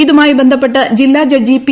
ഇതുമായി ബന്ധപ്പെട്ട് ജില്ലാ ജഡ്ജി പി